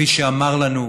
וכפי שאמר לנו